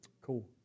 Cool